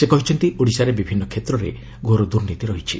ସେ କହିଛନ୍ତି ଓଡିଶାରେ ବିଭିନ୍ନ କ୍ଷେତ୍ରରେ ଘୋର ଦୁର୍ନୀତି ରହିଛି